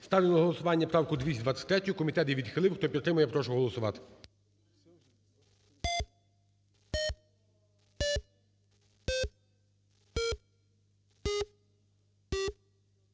Ставлю на голосування правку 223, комітет її відхилив. Хто підтримує, я прошу голосувати.